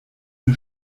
nur